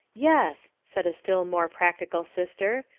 yes, said a still more practical sister,